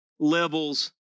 Levels